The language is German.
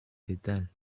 detail